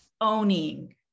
owning